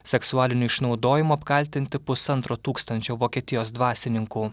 seksualiniu išnaudojimu apkaltinti pusantro tūkstančio vokietijos dvasininkų